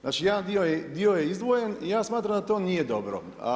Znači jedan dio je izdvojen i ja smatram da to nije dobro.